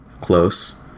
Close